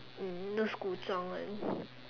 um those 故中文